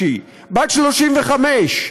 במרס, בת 35,